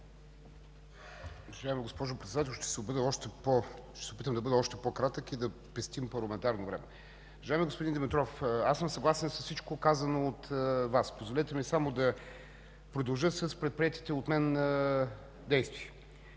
Уважаема госпожо Председател, ще се опитам да бъда още по-кратък и да пестим парламентарно време. Уважаеми господин Димитров, съгласен съм с всичко, казано от Вас. Позволете ми само да продължа с предприетите от мен действия.